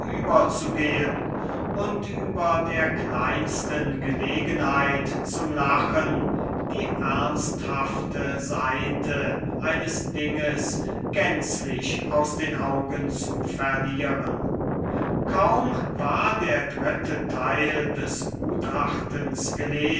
überzugehen und über der kleinsten gelegenheit zum lachen die ernsthafte seite eines dinges gänzlich aus den augen zu verlieren kaum war der dritte teil des gutachtens